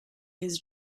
his